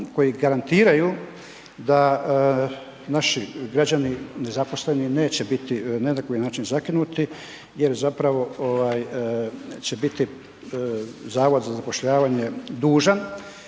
koji garantiraju da naši građani nezaposleni neće biti ni na koji način zakinuti jer zapravo će biti Zavod za zapošljavanje dužan